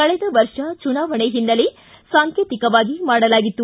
ಕಳೆದ ವರ್ಷ ಬುನಾವಣೆ ಹಿನ್ನೆಲೆ ಸಾಂಕೇತಿಕವಾಗಿ ಮಾಡಲಾಗಿತ್ತು